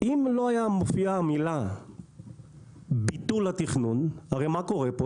אם לא הייתה מופיעה המילה ביטול התכנון הרי מה קורה פה?